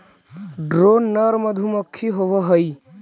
drone नर मधुमक्खी होवअ हई